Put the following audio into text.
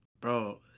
Bro